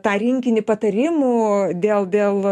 tą rinkinį patarimų dėl dėl